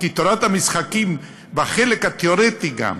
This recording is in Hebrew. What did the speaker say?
כי תורת המשחקים בחלק התיאורטי גם,